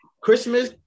Christmas